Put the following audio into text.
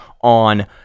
on